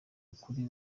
ukuri